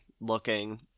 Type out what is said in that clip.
looking